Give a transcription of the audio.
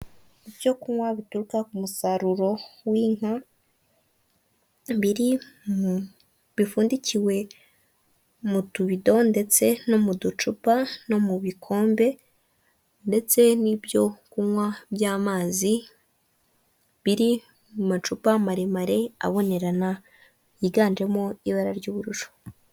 Ibyo kunywa bituruka ku musaruro w'inka biri mu bipfundikiwe mu tubido ndetse no mu ducupa no mu bikombe ndetse n'ibyo kunywa by'amazi biri mu macupa maremare abonerana yiganjemo ibara ry'ubururu.